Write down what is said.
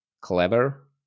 clever